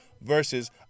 versus